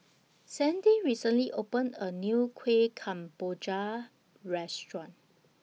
Sandy recently opened A New Kuih Kemboja Restaurant